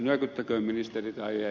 nyökyttäköön ministeri tai ei